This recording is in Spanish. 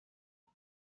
dos